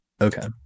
Okay